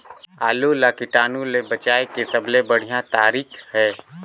आलू ला कीटाणु ले बचाय के सबले बढ़िया तारीक हे?